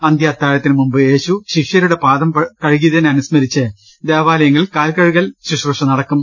അന്ത്യ അത്താഴത്തിന് മുമ്പ് യേശു ശിഷ്യ രുടെ പാദം കഴുകിയതിനെ അനുസ്മരിച്ച് ദേവാലയങ്ങളിൽ കാൽകഴു കൽ ശുശ്രുഷ നടക്കും